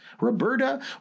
Roberta